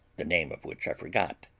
the name of which i forgot,